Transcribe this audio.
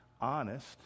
honest